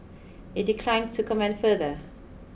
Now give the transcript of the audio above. it declined to comment further